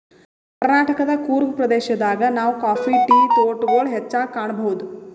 ಕರ್ನಾಟಕದ್ ಕೂರ್ಗ್ ಪ್ರದೇಶದಾಗ್ ನಾವ್ ಕಾಫಿ ಟೀ ತೋಟಗೊಳ್ ಹೆಚ್ಚಾಗ್ ಕಾಣಬಹುದ್